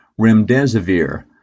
remdesivir